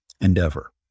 endeavor